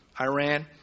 Iran